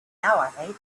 together